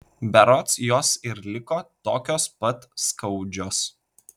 berods jos ir liko tokios pat skaudžios